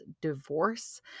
divorce